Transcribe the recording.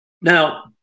Now